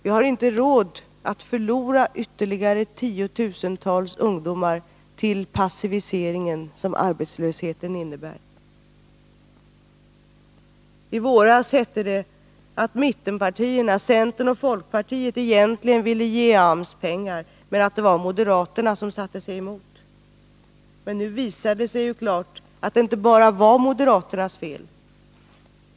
Vi har inte råd att förlora ytterligare tiotusentals ungdomar till passiviseringen som arbetslösheten innebär. I våras hette det att mittenpartierna, centern och folkpartiet, egentligen ville ge AMS pengar men att det var moderaterna som satte sig emot. Men nu visar det sig att det inte bara var moderaternas fel.